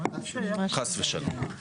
חס ושלום.